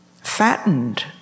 fattened